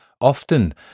Often